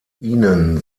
ihnen